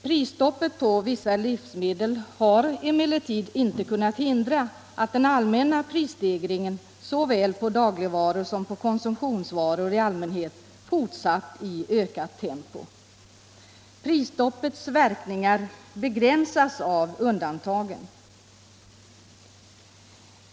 Prisstoppet på vissa livsmedel har emellertid inte kunnat hindra att den allmänna prisstegringen såväl på dagligvaror som på konsumtionsvaror i allmänhet fortsatt i ökat tempo. Prisstoppets verkningar begränsas av undantagen.